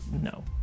no